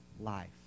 life